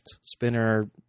spinner